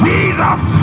Jesus